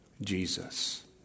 Jesus